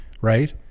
right